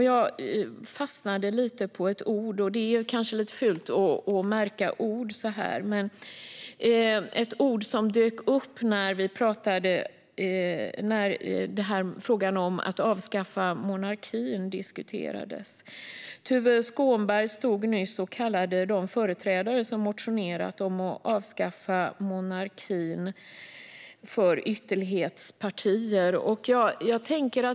Jag fastnade på ett ord och det är kanske lite fult att märka ord, men det var ett ord som dök upp när frågan om att avskaffa monarkin diskuterades. Tuve Skånberg kallade nyss de företrädare för olika partier som motionerat om att avskaffa monarkin för ytterlighetspartier.